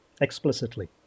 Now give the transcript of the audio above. explicitly